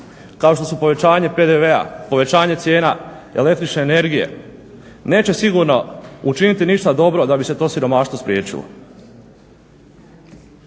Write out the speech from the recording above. kao što su povećanje PDV-a, povećanje cijena električne energije, neće sigurno učiniti ništa dobro da bi se to siromaštvo spriječilo.